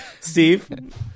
Steve